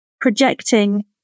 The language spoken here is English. projecting